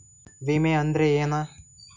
ವಿಮೆ ಅಂದ್ರೆ ಏನ?